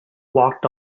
walked